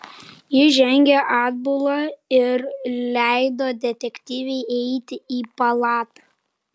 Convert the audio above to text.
ji žengė atbula ir leido detektyvei įeiti į palatą